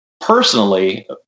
Personally